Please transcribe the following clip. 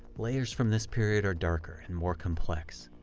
layers from this period are darker and more complex,